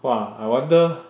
!wah! I wonder